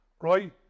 right